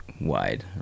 wide